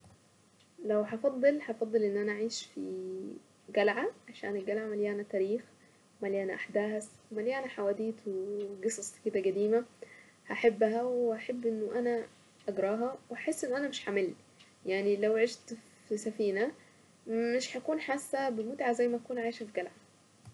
لو هفضل هفضل ان انا اعيش في قلعة عشان القلعة مليانة تاريخ مليانة احداث ومليانة حواديت وقصص كدا قديمة احبها واحب انه انا اقراها واحس ان انا مش هامل يعني لو عشت في السفينة مش هاكون حاسة بالمتعة زي ما اكون عايشة في قلعة